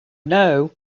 know